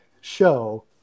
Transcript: show